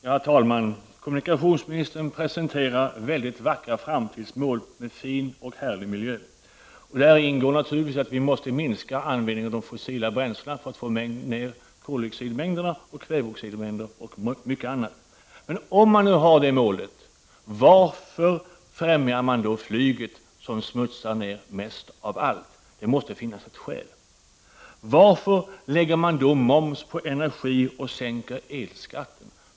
Fru talman! Kommunikationsministern presenterar vackra framtidsmål med fin och härlig miljö. Däri ingår naturligtvis att vi måste minska användningen av de fossila bränslena för att få ner koldioxidoch kväveoxidmängderna och mycket annat. Men om man nu har det målet, varför främjar man då flyget, som smutsar ner mest av allt? Det måste finnas ett skäl. Varför lägger man moms på energi och sänker elskatten?